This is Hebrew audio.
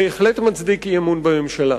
בהחלט מצדיק אי-אמון בממשלה.